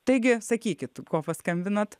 taigi sakykit ko paskambinot